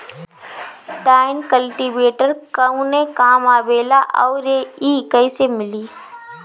Tine cultivator कवने काम आवेला आउर इ कैसे मिली?